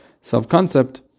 self-concept